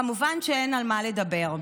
כמובן שאין על מה לדבר.